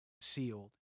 sealed